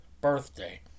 birthday